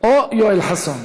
או ליואל חסון.